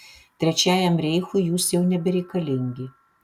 trečiajam reichui jūs jau nebereikalingi